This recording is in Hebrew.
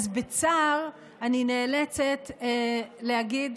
אז בצער אני נאלצת להגיד